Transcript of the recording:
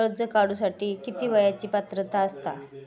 कर्ज काढूसाठी किती वयाची पात्रता असता?